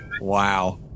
Wow